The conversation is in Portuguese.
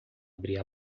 abrir